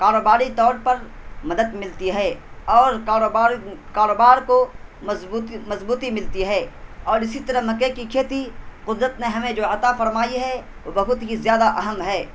کاروباری طور پر مدد ملتی ہے اور کاروبار کاروبار کو مضبوطی مضبوطی ملتی ہے اور اسی طرح مکئی کی کھیتی قدرت نے ہمیں جو عطا فرمائی ہے وہ بہت ہی زیادہ اہم ہے